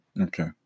Okay